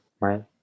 right